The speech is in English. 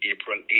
April